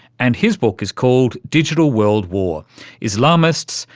and his book is called digital world war islamists,